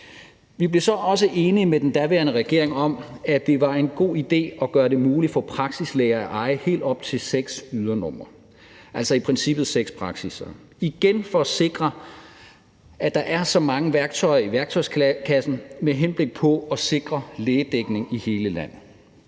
Vi blev så også enige med den daværende regering om, at det var en god idé at gøre det muligt for praksislæger at eje helt op til seks ydernumre, altså i princippet seks praksisser; igen for at sikre, at der er så mange værktøjer i værktøjskassen som muligt med henblik på at sikre lægedækning i hele landet.